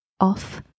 off